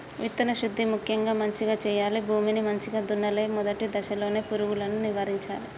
విత్తన శుద్ధి ముక్యంగా మంచిగ చేయాలి, భూమిని మంచిగ దున్నలే, మొదటి దశలోనే పురుగులను నివారించాలే